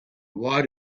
why